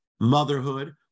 motherhood